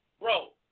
Bro